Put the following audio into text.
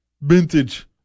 vintage